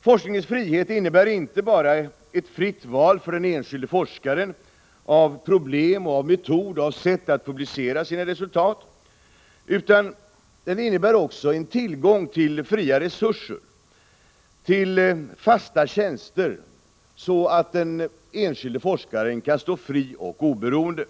Forskningens frihet innebär inte bara ett fritt val för den enskilde forskaren av problem och metod och av sätt att publicera sina resultat, utan den innebär också en tillgång till fria resurser, till fasta tjänster, så att den enskilde forskaren kan stå fri och oberoende.